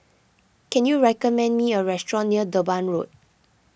can you recommend me a restaurant near Durban Road